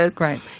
right